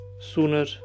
Sooner